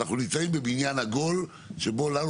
אנחנו נמצאים בבניין עגול שבו אנו,